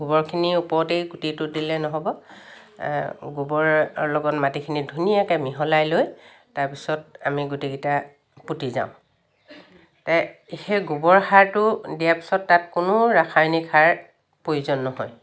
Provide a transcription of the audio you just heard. গোবৰখিনিৰ ওপৰতেই গোটেইটো দিলে নহ'ব গোবৰ লগত মাটিখিনি ধুনীয়াকৈ মিহলাই লৈ তাৰপিছত আমি গোটেইকেইটা পুতি যাওঁ সেই গোবৰ সাৰটো দিয়াৰ পিছত তাত কোনো ৰাসায়নিক সাৰ প্ৰয়োজন নহয়